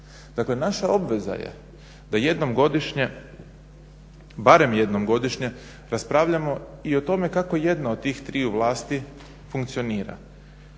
Dakle, naša obveza je da jednom godišnje, barem jednom godišnje raspravljamo i o tome kako jedna od tih triju vlasti funkcionira.